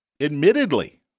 Admittedly